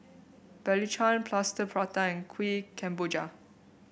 Belacan Plaster Prata and Kuih Kemboja